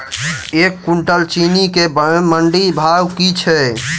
एक कुनटल चीनी केँ मंडी भाउ की छै?